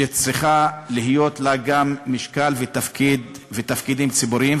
שצריכים להיות לה גם משקל ותפקידים ציבוריים.